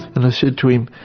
and i said to him,